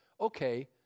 okay